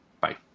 Bye